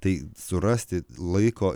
tai surasti laiko